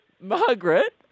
Margaret